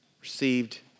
received